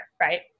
right